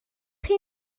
chi